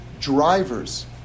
drivers